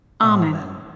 Amen